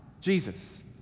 Jesus